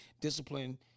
discipline